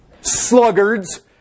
sluggards